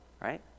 right